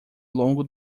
longo